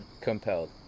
compelled